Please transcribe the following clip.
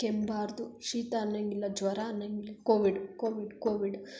ಕೆಮ್ಮಬಾರ್ದು ಶೀತ ಅನ್ನೊಂಗಿಲ್ಲ ಜ್ವರ ಅನ್ನೊಂಗಿಲ್ಲ ಕೋವಿಡ್ ಕೋವಿಡ್ ಕೋವಿಡ್